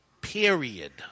period